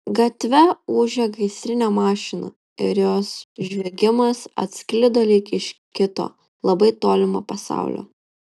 gatve ūžė gaisrinė mašina ir jos žviegimas atsklido lyg iš kito labai tolimo pasaulio